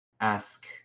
Ask